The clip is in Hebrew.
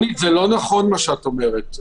מה שאת אומרת לא נכון.